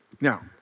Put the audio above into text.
Now